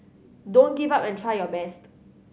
don't give up and try your best